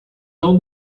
não